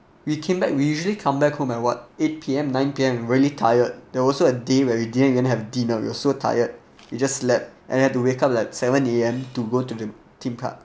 we came back we usually come back home at what eight P_M nine P_M really tired there were also a day where we didn't even have dinner we're so tired we just slept and had to wake up like seven A_M to go to the theme park